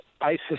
ISIS